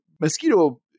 mosquito